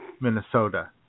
Minnesota